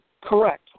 Correct